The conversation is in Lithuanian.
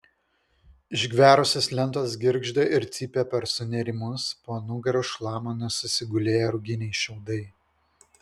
išgverusios lentos girgžda ir cypia per sunėrimus po nugara šlama nesusigulėję ruginiai šiaudai